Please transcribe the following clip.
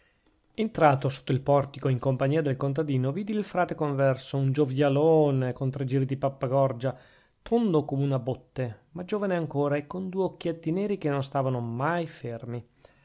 entrato sotto il portico in compagnia del contadino vidi il frate converso un giovialone con tre giri di pappagorgia tondo come una botte ma giovane ancora e con due occhietti neri che non stavano mai fermi